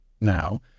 now